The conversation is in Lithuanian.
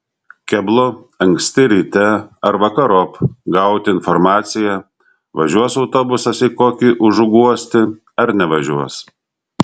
keblu anksti ryte ar vakarop gauti informaciją važiuos autobusas į kokį užuguostį ar nevažiuos